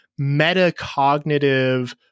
metacognitive